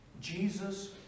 Jesus